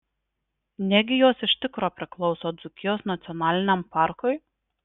negi jos iš tikro priklauso dzūkijos nacionaliniam parkui